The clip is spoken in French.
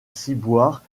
ciboire